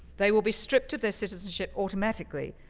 they will be stripped of their citizenship automatically.